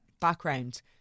background